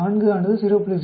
4 ஆனது 0